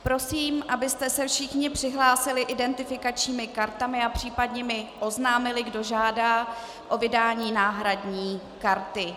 Prosím, abyste se všichni přihlásili identifikačními kartami a případně mi oznámili, kdo žádá o vydání náhradní karty.